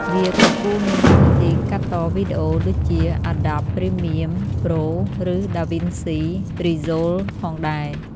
វាក៏គួរមានកម្មវិធីកាត់តវីដេអូដូចជា Adobe Premiere Pro ឬ DaVinci Resolve ផងដែរ។